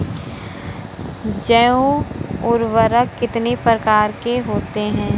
जैव उर्वरक कितनी प्रकार के होते हैं?